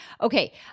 Okay